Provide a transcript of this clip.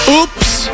Oops